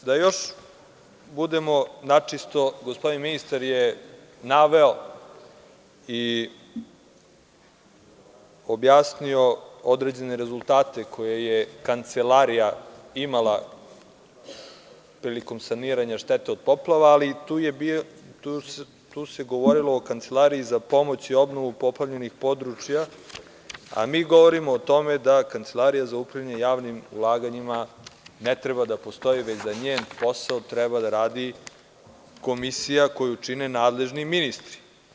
Dakle, da još budemo načisto, gospodin ministar je naveo i objasnio određene rezultate koje je kancelarija imala prilikom saniranja štete od poplava, ali tu se govorilo o Kancelariji za pomoć i obnovu poplavljenih područja, a mi govorimo o tome da Kancelarija za upravljanje javnim ulaganjima ne treba da postoji, već da njen posao treba da radi komisija koju čine nadležni ministri.